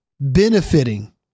benefiting